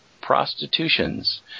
prostitutions